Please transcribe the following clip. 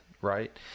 right